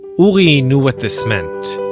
uri knew what this meant.